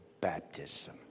baptism